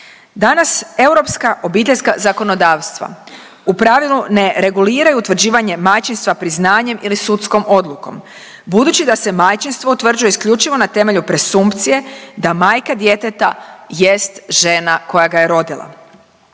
Danas europska obiteljska zakonodavstva u pravilu ne reguliraju utvrđivanje majčinstva priznanjem ili sudskom odlukom budući da se majčinstvo utvrđuje isključivo na temelju presumpcije da majka djeteta žena koja ga je rodila.